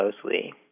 closely